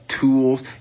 tools